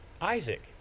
Isaac